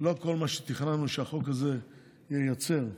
לא כל מה שתכננו שהחוק הזה ייצר נעשה.